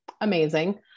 amazing